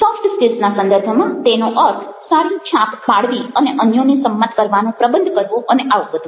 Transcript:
soft સ્કિલ્સના સંદર્ભમાં તેનો અર્થ સારી છાપ પાડવી અને અન્યોને સંમત કરવાનો પ્રબંધ કરવો અને આવું બધું